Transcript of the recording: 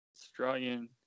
Australian